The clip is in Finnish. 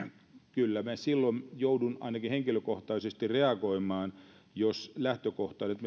kyllä minä silloin joudun ainakin henkilökohtaisesti reagoimaan jos lähtökohta